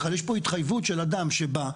יש כאן התחייבות של אדם שבא,